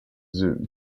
zoom